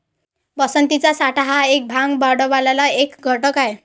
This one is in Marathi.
पसंतीचा साठा हा भाग भांडवलाचा एक घटक आहे